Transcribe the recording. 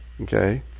Okay